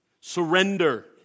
surrender